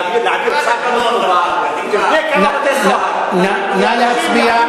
להעביר, נא להצביע.